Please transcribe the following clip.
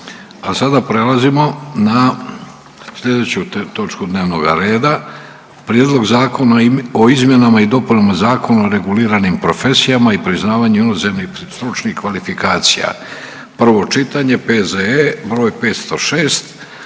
**Jandroković, Gordan (HDZ)** Prijedlog Zakona o izmjenama i dopunama Zakona o reguliranim profesijama i priznavanju inozemnih stručnih kvalifikacija, prvo čitanje, P.Z.E. broj 506.